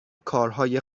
کارهای